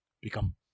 Become